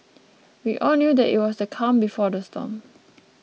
we all knew that it was the calm before the storm